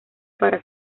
para